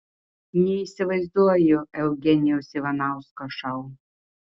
neįsivaizduoju eugenijaus ivanausko šou